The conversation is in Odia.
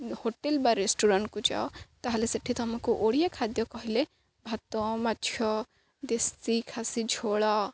ହୋଟେଲ୍ ବା ରେଷ୍ଟୁରାଣ୍ଟକୁ ଯାଅ ତାହେଲେ ସେଠି ତ ଆମକୁ ଓଡ଼ିଆ ଖାଦ୍ୟ କହିଲେ ଭାତ ମାଛ ଦେଶୀ ଖାସି ଝୋଳ